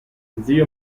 zio